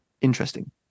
interesting